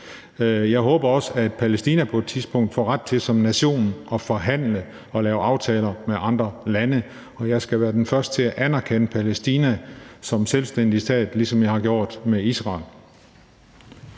jeg håber også, at Palæstina på et tidspunkt får ret til som nation at forhandle og lave aftaler med andre lande. Jeg skal være den første til at anerkende Palæstina som selvstændig stat, ligesom jeg har gjort med Israel.